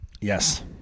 Yes